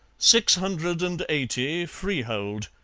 six hundred and eighty, freehold.